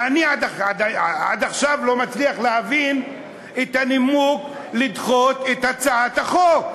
ואני עד עכשיו לא מצליח להבין את הנימוק לדחות את הצעת החוק.